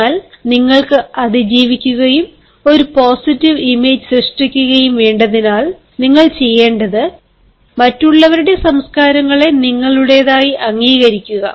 എന്നാൽ നിങ്ങൾക്ക് അതിജീവിക്കുകയും ഒരു പോസിറ്റീവ് ഇമേജ് സൃഷ്ടിക്കുകയും വേണ്ടതിനാൽ നിങ്ങൾ ചെയ്യേണ്ടത് മറ്റുള്ളവരുടെ സംസ്കാരങ്ങളെ നിങ്ങളുടേതായി അംഗീകരിക്കുക